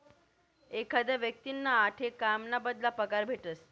एखादा व्यक्तींना आठे काम ना बदला पगार भेटस